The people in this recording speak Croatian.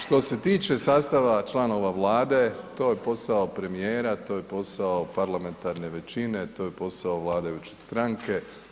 Što se tiče sastava članova Vlade, to je posao premijera, to je posao parlamentarne većine, to je posao vladajuće stranke.